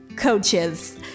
Coaches